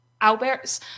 Albert's